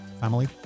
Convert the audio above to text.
Family